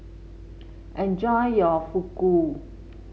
enjoy your Fugu